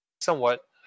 Somewhat